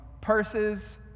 Purses